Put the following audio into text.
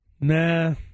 Nah